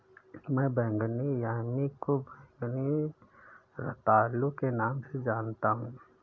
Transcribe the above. मैं बैंगनी यामी को बैंगनी रतालू के नाम से जानता हूं